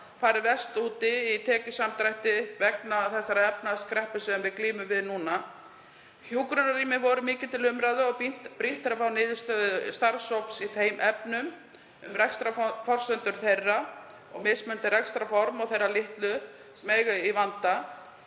orðið verst úti í tekjusamdrætti vegna þeirrar efnahagskreppu sem við glímum við núna. Hjúkrunarrými voru mikið til umræðu og brýnt er að fá niðurstöðu starfshóps í þeim efnum, um rekstrarforsendur þeirra og mismunandi rekstrarform, ekki síst þeirra litlu sem eiga í vanda.